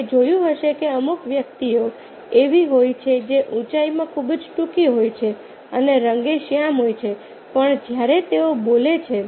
આપણે જોયું હશે કે અમુક વ્યક્તિઓ એવી હોય છે જે ઊંચાઈમાં ખૂબ જ ટૂંકી હોય છે અને રંગમાં શ્યામ હોય છે પણ જ્યારે તેઓ બોલે છે